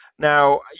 Now